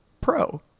pro